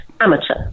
amateur